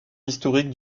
historique